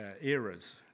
eras